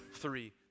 three